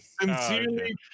Sincerely